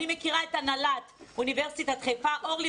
אני מכירה את הנהלת אוניברסיטת חיפה אורלי